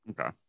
Okay